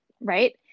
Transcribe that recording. right